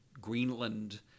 Greenland